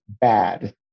bad